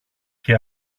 και